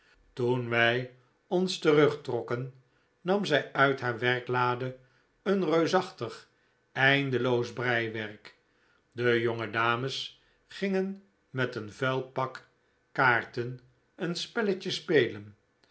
toen wij ons terugtrokken nam zij uit haar werklade een reusachtig eindeloos breiwerk de jonge dames gingen met een vuil pak kaarten een spelletje spelen